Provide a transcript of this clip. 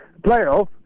playoff